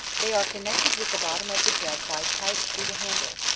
they are connected with the bottom of the jug by pipes through the handle,